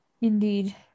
Indeed